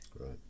Right